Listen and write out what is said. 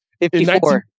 54